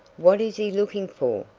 what is he looking for?